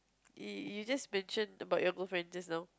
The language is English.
you just mentioned about your girlfriend just now